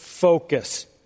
Focus